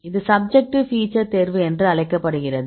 இது subjective feature தேர்வு என்று அழைக்கப்படுகிறது